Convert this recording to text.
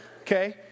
okay